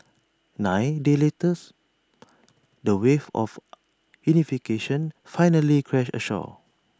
nine days letters the waves of unification finally crashed ashore